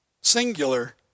singular